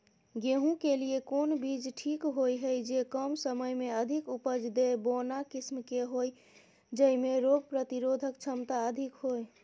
गेहूं के लिए कोन बीज ठीक होय हय, जे कम समय मे अधिक उपज दे, बौना किस्म के होय, जैमे रोग प्रतिरोधक क्षमता अधिक होय?